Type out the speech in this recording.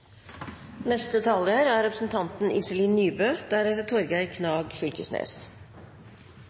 Neste taler er representanten Torgeir Knag Fylkesnes.